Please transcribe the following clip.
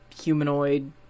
humanoid